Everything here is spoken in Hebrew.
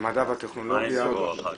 המדע והטכנולוגיה,